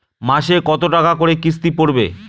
মাসে কত টাকা করে কিস্তি পড়বে?